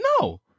no